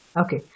Okay